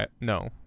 No